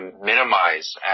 minimize